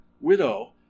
widow